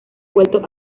vuelto